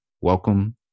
Welcome